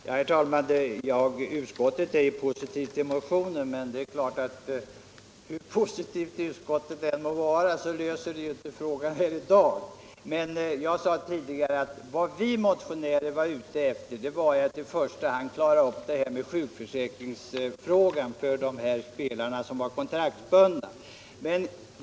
Herr talman! Utskottet ställer sig ju positivt till motionen, men hur positivt utskottet än må vara löser vi ändå inte problemet här i dag. Jag sade tidigare att vad vi motionärer är ute efter är att i första hand klara upp sjukförsäkringsfrågan för de kontraktsbundna spelarna.